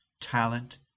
talent